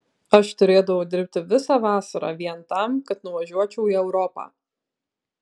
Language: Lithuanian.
aš turėdavau dirbti visą vasarą vien tam kad nuvažiuočiau į europą